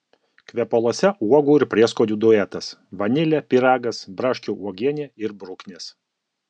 kvepaluose uogų ir prieskonių duetas vanilė pyragas braškių uogienė ir bruknės